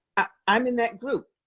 i'm in that group.